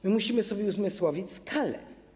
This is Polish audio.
Musimy sobie uzmysłowić skalę.